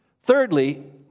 Thirdly